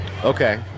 okay